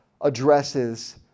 addresses